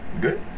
Good